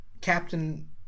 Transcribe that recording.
Captain